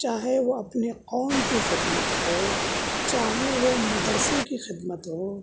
چاہے وہ اپنے قوم کی خدمت ہو چاہے وہ مدرسے کی خدمت ہو